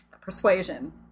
persuasion